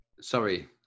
Sorry